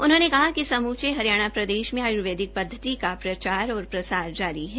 उन्होंने कहा कि समूचे हरियाणा प्रदेश में आयुर्वेदिक पद्घति का प्रचार और प्रसार जारी है